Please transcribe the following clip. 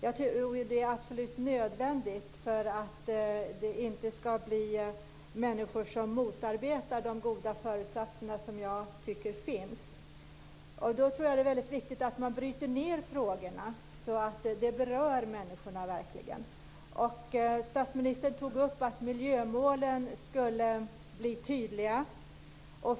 Jag tror att det är absolut nödvändigt så att inte människor motarbetar de goda föresatser som jag tycker finns. Då tror jag att det är väldigt viktigt att man bryter ned frågorna så att de verkligen berör människorna. Statsministern sade att miljömålen skulle bli tydliga.